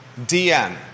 DM